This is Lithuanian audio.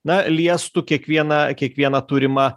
na liestų kiekvieną kiekvieną turimą